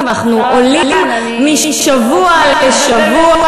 ואנחנו עולים משבוע לשבוע,